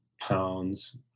pounds